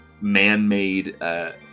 Man-made